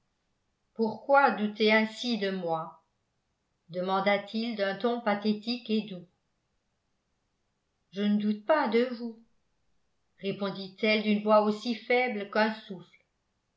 pourquoi douter ainsi de moi demanda-t-il d'un ton pathétique et doux je ne doute pas de vous répondit-elle d'une voix aussi faible qu'un souffle